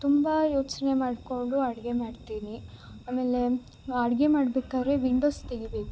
ತುಂಬ ಯೋಚನೆ ಮಾಡಿಕೊಂಡು ಅಡುಗೆ ಮಾಡ್ತಿನಿ ಆಮೇಲೆ ಅಡುಗೆ ಮಾಡಬೇಕಾರೆ ವಿಂಡೋಸ್ ತೆಗಿಬೇಕು